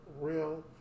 real